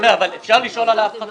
אבל אני אומר שאפשר לשאול על הפחתות.